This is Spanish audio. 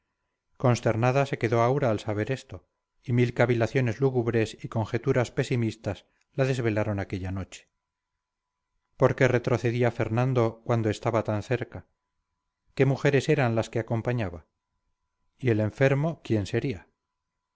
consternada se quedó aura al saber esto y mil cavilaciones lúgubres y conjeturas pesimistas la desvelaron aquella noche por qué retrocedía fernando cuando estaba tan cerca qué mujeres eran las que acompañaba y el enfermo quién sería